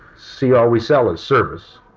see, all we sell is service.